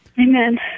Amen